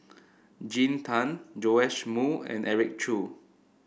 Jean Tay Joash Moo and Eric Khoo